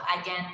Again